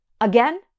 Again